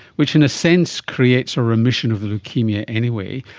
which in a sense creates a remission of the leukaemia anyway,